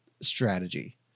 strategy